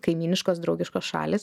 kaimyniškos draugiškos šalys